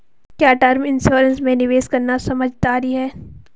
क्या term insurance में निवेश करना समझदारी है?